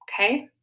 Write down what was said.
Okay